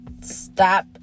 stop